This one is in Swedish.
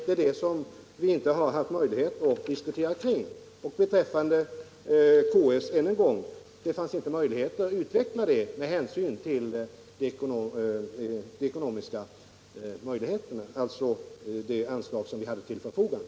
Det är detta som vi inte har haft möjlighet att diskutera. Och beträffande Karolinska sjukhuset ännu en gång: Det fanns inte möjligheter att utveckla det med hänsyn till de ekonomiska förutsättningarna, alltså de anslag som vi hade till förfogande.